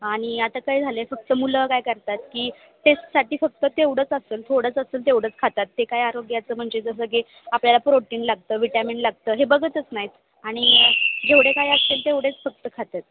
आणि आता काय झालं आहे फक्त मुलं काय करतात की टेस्टसाठी फक्त तेवढंच असेल थोडंच असेल तेवढंच खातात ते काय आरोग्याचं म्हणजे जसं की आपल्याला प्रोटीन लागतं विटॅमिन लागतं हे बघतच नाहीत आणि जेवढे काय असेल तेवढेच फक्त खातात